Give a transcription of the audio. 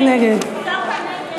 מי נגד?